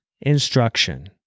instruction